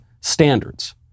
standards